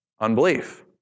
Unbelief